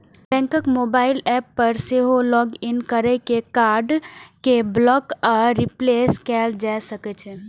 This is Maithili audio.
बैंकक मोबाइल एप पर सेहो लॉग इन कैर के कार्ड कें ब्लॉक आ रिप्लेस कैल जा सकै छै